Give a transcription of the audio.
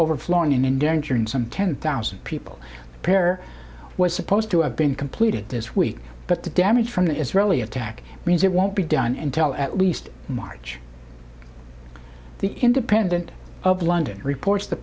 overflowing and in danger in some ten thousand people prayer was supposed to have been completed this week but the damage from an israeli attack means it won't be done in tel at least march the independent of london ports the